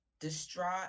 distraught